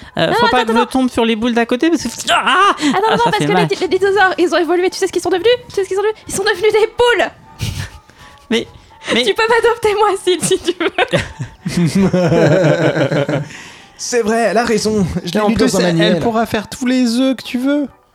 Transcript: Euh, Non, faut non, pas attends, que je attends. tombe sur les boules d'à côté parce que- Ah ! Attends, Ah, attends, ça parce fait que les mal. di- les dinosaures, ils ont évolué. Tu sais ce qu'ils sont devenus ? Tu sais ce qu'ils sont devenus ? Ils sont devenus des poules. Mais- Tu mais- peux m'adopter, moi, Sid, si tu veux. C'est vrai, elle a raison. Je Et l'ai en lu dans plus, un elle- elle manuel. pourra faire tous les œufs que tu veux.